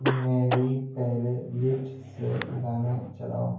میری playlist سے گانے چلاؤ